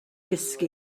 gysgu